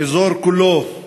האזור כולו,